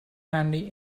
handy